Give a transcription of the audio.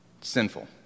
Sinful